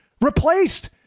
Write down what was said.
replaced